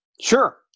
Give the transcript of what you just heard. Sure